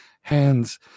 hands